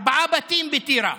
ארבעה בתים בטירה.